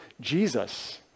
Jesus